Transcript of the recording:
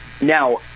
Now